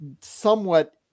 somewhat